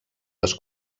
les